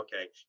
okay